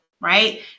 right